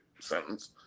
sentence